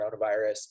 coronavirus